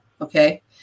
okay